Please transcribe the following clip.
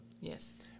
Yes